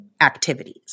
activities